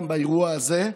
גם באירוע הזה,